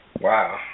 Wow